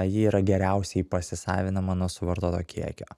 ji yra geriausiai pasisavinama nuo suvartoto kiekio